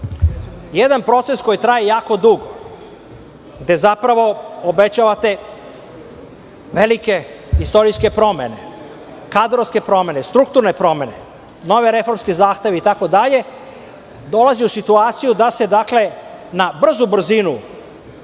jedan proces koji traje jako dugo, gde zapravo obećavate velike istorijske promene, kadrovske promene, strukturne promene, nove reformske zahteve itd, dolazi u situaciju da se na brzu brzinu